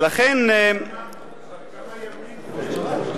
כמה ימים זה?